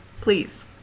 Please